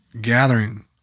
gathering